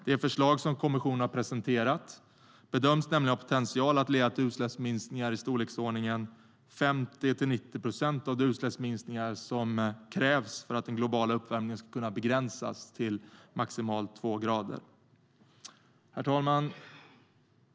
De förslag som kommissionen har presenterat bedöms nämligen ha potential att leda till utsläppsminskningar i storleksordningen 50-90 procent av vad som krävs för att den globala uppvärmningen ska kunna begränsas till maximalt två grader. Herr talman!